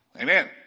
Amen